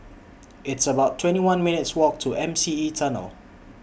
It's about twenty one minutes' Walk to M C E Tunnel